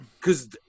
Cause